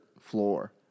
floor